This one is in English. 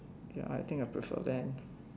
ya I think I prefer that